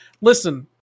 listen